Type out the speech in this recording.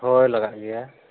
ᱦᱳᱭ ᱞᱟᱜᱟᱜ ᱜᱮᱭᱟ